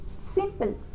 simple